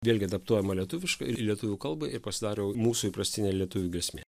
vėlgi adaptuojama lietuviškai į lietuvių kalbą ir pasidaro mūsų įprastinė lietuvių giesmė